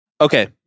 Okay